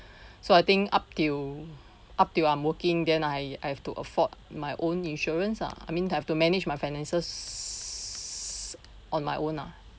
so I think up till up till I'm working then I I have to afford my own insurance ah I mean to have to manage my finances s~ on my own lah